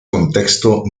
contexto